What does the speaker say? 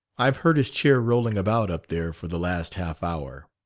i've heard his chair rolling about up there for the last half hour.